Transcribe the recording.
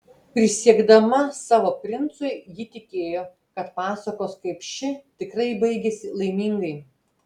prisiekdama savo princui ji tikėjo kad pasakos kaip ši tikrai baigiasi laimingai